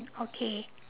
okay